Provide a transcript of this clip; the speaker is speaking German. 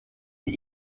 die